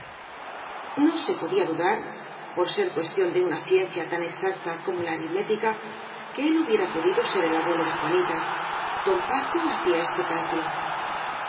no se podía dudar por ser cuestión de una ciencia tan exacta como la aritmética que él hu biera podido ser el abuelo de juanita don paco hacía este cálculo